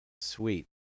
sweet